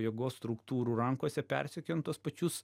jėgos struktūrų rankose persekiojant tuos pačius